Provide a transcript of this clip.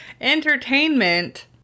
entertainment